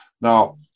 Now